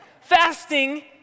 Fasting